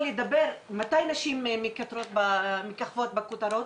מתי נשים מככבות בכותרות?